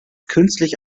künstlich